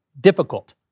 difficult